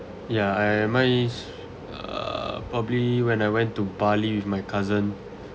ya I am amazed err probably when I went to bali with my cousin